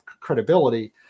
credibility